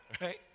right